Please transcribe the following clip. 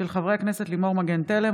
של חברי הכנסת לימור מגן תלם,